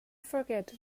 forget